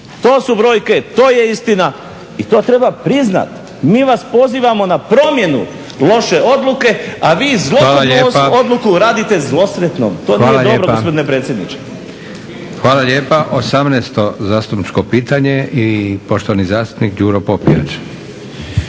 to su brojke, to je istina i to treba priznati. Mi vas pozivamo na promjenu loše odluke, a vi … odluku radite zlosretnom. To nije dobro gospodine predsjedniče. **Leko, Josip (SDP)** Hvala lijepa. 18.zastupničko pitanje i poštovani zastupnik Đuro Popijač.